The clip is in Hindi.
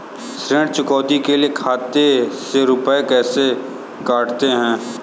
ऋण चुकौती के लिए खाते से रुपये कैसे कटते हैं?